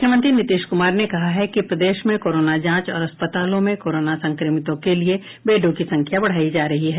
मुख्यमंत्री नीतीश कुमार ने कहा है कि प्रदेश में कोरोना जांच और अस्पतालों में कोरोना संक्रमितों के लिए बेडों की संख्या बढ़ायी जा रही है